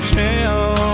tell